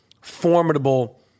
formidable